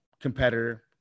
competitor